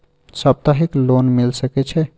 सप्ताहिक लोन मिल सके छै?